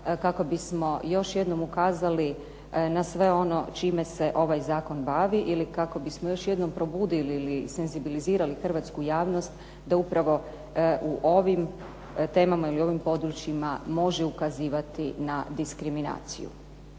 kako bismo još jednom ukazali na sve ono čime se ovaj zakon bavi ili kako bismo još jednom probudili ili senzibilizirali hrvatsku javnost da upravo u ovim temama i u ovim područjima može ukazivati na diskriminaciju.